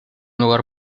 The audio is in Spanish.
lugar